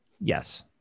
yes